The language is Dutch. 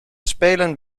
spelen